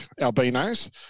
albinos